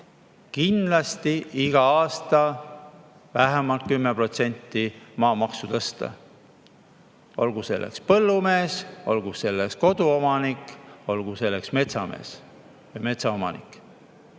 kindlasti iga aasta vähemalt 10% maamaksu tõsta. Olgu selleks põllumees, olgu selleks koduomanik, olgu selleks metsaomanik.